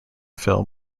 film